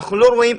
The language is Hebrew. אנחנו לא רואים,